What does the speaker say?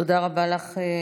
תודה רבה לך.